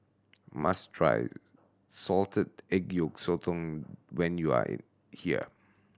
must try salted egg yolk sotong when you are here